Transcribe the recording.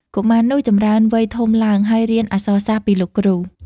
កុមារនោះចម្រើនវ័យធំឡើង ហើយរៀនអក្សរសាស្ត្រពីលោកគ្រូ ។